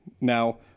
Now